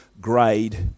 grade